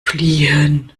fliehen